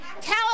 tell